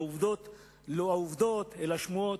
והעובדות הן לא עובדות אלא שמועות.